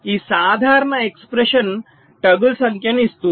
ఈ సాధారణ expression toggle సంఖ్యను ఇస్తుంది